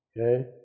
Okay